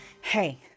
Hey